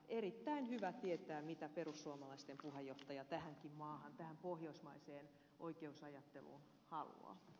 on erittäin hyvä tietää mitä perussuomalaisten puheenjohtaja tähänkin maahan tähän pohjoismaiseen oikeusajatteluun haluaa